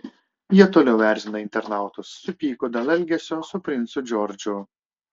jie toliau erzina internautus supyko dėl elgesio su princu džordžu